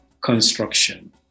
construction